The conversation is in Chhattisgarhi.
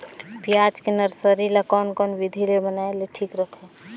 पियाज के नर्सरी ला कोन कोन विधि ले बनाय ले ठीक रथे?